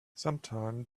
sometime